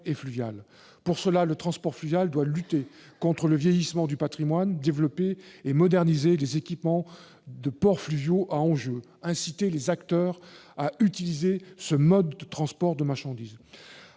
domaine du transport fluvial, il faut lutter contre le vieillissement du patrimoine, développer et moderniser les équipements des ports fluviaux à enjeux, et inciter les acteurs à utiliser ce mode de transport de marchandises.